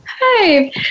hi